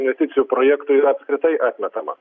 investicijų projektų jyra apskritai atmetama